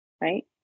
right